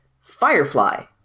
Firefly